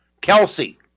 Kelsey